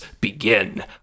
begin